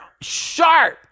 sharp